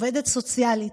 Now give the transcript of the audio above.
עובדת סוציאלית,